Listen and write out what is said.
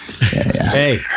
Hey